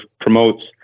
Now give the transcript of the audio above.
promotes